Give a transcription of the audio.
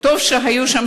בצורה אכזרית ביותר.